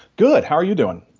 good. how are you doing?